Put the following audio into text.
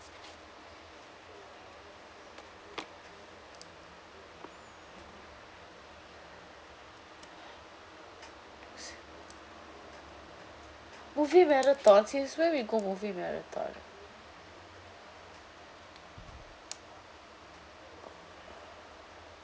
movie marathon since when we go movie marathon